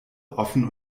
offen